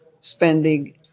spending